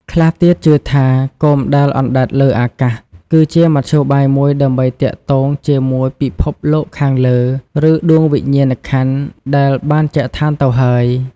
ខ្លះទៀតជឿថា គោមដែលអណ្តែតលើអាកាស គឺជាមធ្យោបាយមួយដើម្បីទាក់ទងជាមួយពិភពលោកខាងលើ ឬដួងវិញ្ញាណក្ខន្ធអ្នកដែលបានចែកឋានទៅហើយ។